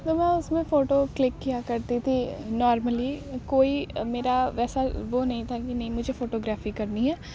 تو میں اس میں فوٹو کلک کیا کرتی تھی نارملی کوئی میرا ویسا وہ نہیں تھا کہ نہیں مجھے فوٹو گرافی کرنی ہے